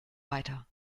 weiter